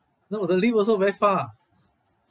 no the lift also very far